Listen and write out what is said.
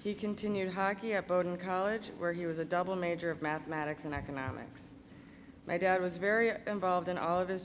he continued hockey at boden college where he was a double major of mathematics and economics my dad was very involved in all of his